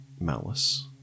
malice